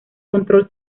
control